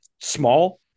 small